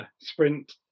sprint